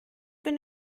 bin